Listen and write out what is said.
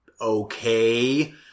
okay